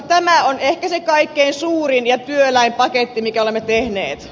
tämä on ehkä se kaikkein suurin ja työläin paketti minkä olemme tehneet